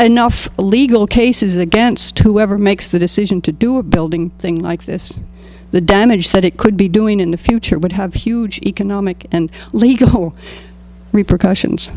enough legal cases against whoever makes the decision to do a building thing like this the damage that it could be doing in the future would have huge economic and legal repercussions